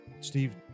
Steve